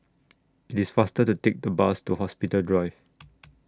IT IS faster to Take The Bus to Hospital Drive